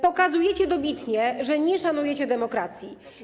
Pokazujecie dobitnie, że nie szanujecie demokracji.